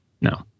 No